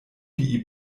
die